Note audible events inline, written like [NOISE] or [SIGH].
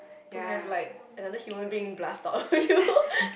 to have like another human being blast out [LAUGHS] of you